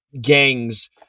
gangs